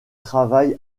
travail